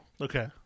Okay